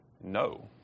no